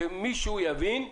שמישהו יבין,